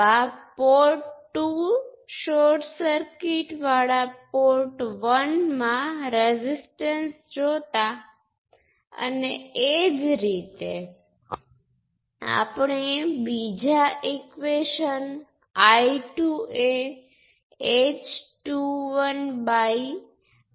તેથી V1 આ બે ડ્રોપ નો સરવાળો છે તેથી આપણી પાસે રેઝિસ્ટન્સ છે જેની કિંમત h11 છે અને આપણી પાસે એક કંટ્રોલ સોર્સ V1 છે જે V2 પર આધાર રાખે છે